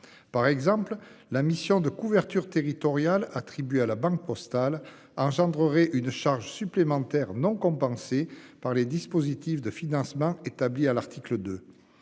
par exemple, la mission de couverture territoriale. À la Banque Postale engendrerait une charge supplémentaire non compensée par les dispositifs de financement établit à l'article de.